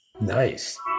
Nice